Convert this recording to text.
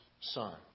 son